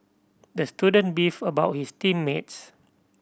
the student beefed about his team mates